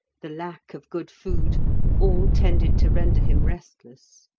the lack of good food, all tended to render him restless.